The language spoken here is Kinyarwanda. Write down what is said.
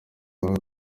bavuga